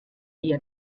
ihr